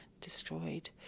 destroyed